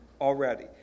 already